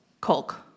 Kolk